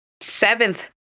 seventh